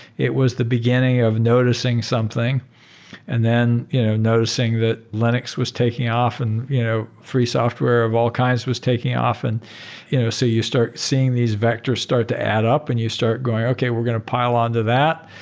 it was the beginning of noticing something and then you know noticing that linux was taking off and you know free software of all kinds was taking off. and you know so you start seeing these vector start to add up and you start going, okay. we're going to pile on that.